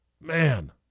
Man